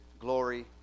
glory